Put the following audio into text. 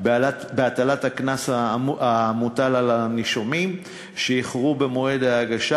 בהטלת הקנס על הנישומים שאיחרו במועד ההגשה,